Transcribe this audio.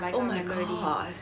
oh my god